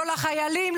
לא לחיילים,